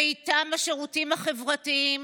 ואיתם השירותים החברתיים,